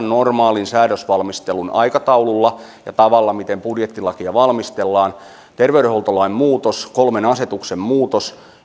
normaalin säädösvalmistelun aikataululla ja tavalla miten budjettilakia valmistellaan terveydenhuoltolain muutos kolmen asetuksen muutos